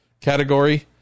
category